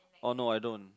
oh no I don't